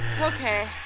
Okay